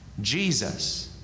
Jesus